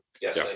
yes